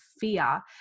fear